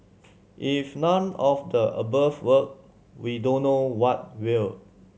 if none of the above work we don't know what will